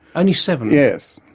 only seven? yes,